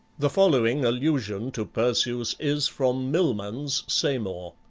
the following allusion to perseus is from milman's samor